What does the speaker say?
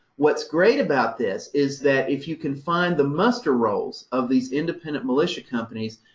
what's great about this is that if you can find the muster rolls of these independent militia companies,